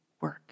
work